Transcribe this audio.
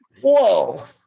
whoa